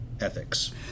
ethics